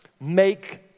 make